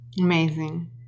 Amazing